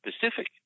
Pacific